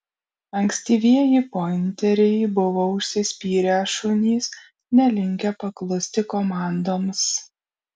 ankstyvieji pointeriai buvo užsispyrę šunys nelinkę paklusti komandoms